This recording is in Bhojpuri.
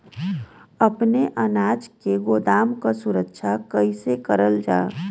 अपने अनाज के गोदाम क सुरक्षा कइसे करल जा?